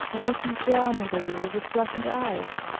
and looking down on the river with flashing eyes?